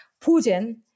Putin